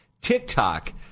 TikTok